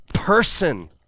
person